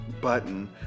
button